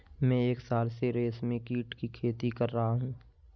मैं एक साल से रेशमकीट की खेती कर रहा हूँ